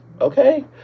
Okay